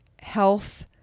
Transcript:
health